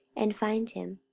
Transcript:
and find him,